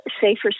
Safer